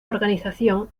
organización